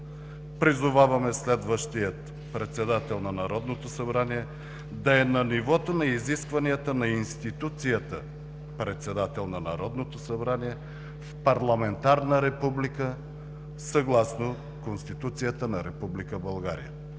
Призоваваме следващия председател на Народното събрание да е на нивото на изискванията на институцията – Председател на Народното събрание в парламентарна република, съгласно Конституцията на Република България.